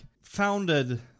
founded